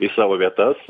į savo vietas